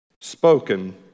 spoken